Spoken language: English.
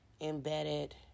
embedded